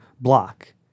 block